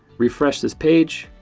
refresh this page,